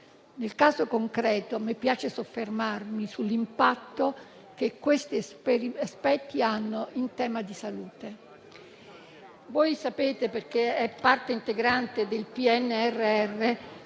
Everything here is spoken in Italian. Nel caso concreto mi piace soffermarmi sull'impatto che tali aspetti hanno in tema di salute. Voi sapete - è parte integrante del Piano